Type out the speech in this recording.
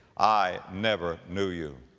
i never knew you.